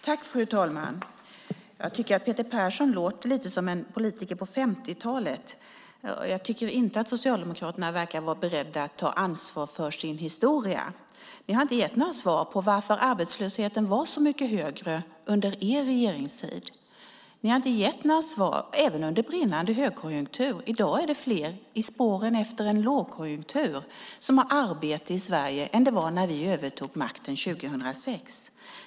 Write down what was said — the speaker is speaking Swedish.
Fru talman! Jag tycker att Peter Persson låter lite grann som en politiker på 50-talet, och jag tycker inte att Socialdemokraterna verkar vara beredda att ta ansvar för sin historia. Ni har inte gett några svar på varför arbetslösheten var så mycket högre under er regeringstid, även under brinnande högkonjunktur. Ni har inte gett några svar. I dag, i spåren efter en lågkonjunktur, är det fler som har arbete i Sverige än det var när vi övertog makten 2006.